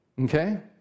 Okay